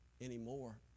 anymore